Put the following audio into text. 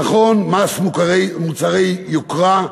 נכון, מס על מוצרי יוקרה,